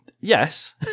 yes